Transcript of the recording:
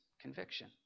conviction